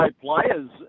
players